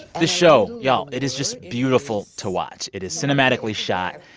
this show y'all, it is just beautiful to watch. it is cinematically shot,